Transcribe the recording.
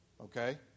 Okay